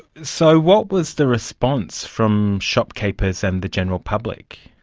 so what was the response from shopkeepers and the general public?